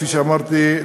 כפי שאמרתי,